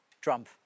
trump